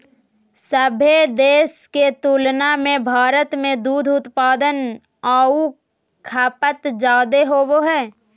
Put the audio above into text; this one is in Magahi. सभे देश के तुलना में भारत में दूध उत्पादन आऊ खपत जादे होबो हइ